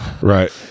Right